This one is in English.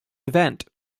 event